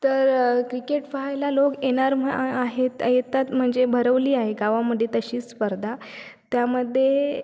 तर क्रिकेट पाहायला लोक येणार म्ह आहेत येतात म्हणजे भरवली आहे गावामध्ये तशी स्पर्धा त्यामध्ये